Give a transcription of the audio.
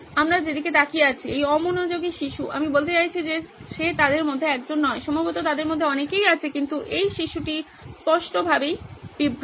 আমরা যেদিকে তাকিয়ে আছি এই অমনোযোগী শিশু আমি বলতে চাইছি যে সে তাদের মধ্যে একজন নয় সম্ভবত তাদের মধ্যে অনেকেই আছে কিন্তু এই শিশুটি স্পষ্টভাবে বিভ্রান্ত